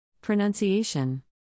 Pronunciation